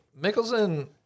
Mickelson